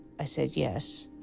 i said yes,